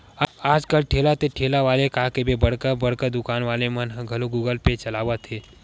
आज कल ठेला ते ठेला वाले ला कहिबे बड़का बड़का दुकान वाले मन ह घलोक गुगल पे चलावत हे